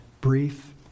brief